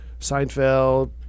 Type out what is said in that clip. Seinfeld